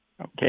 Okay